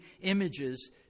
images